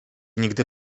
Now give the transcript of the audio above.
nigdy